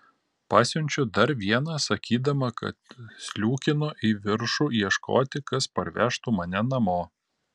pasiunčiu dar vieną sakydama kad sliūkinu į viršų ieškoti kas parvežtų mane namo